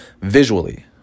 visually